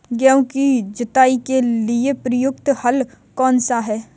गेहूँ की जुताई के लिए प्रयुक्त हल कौनसा है?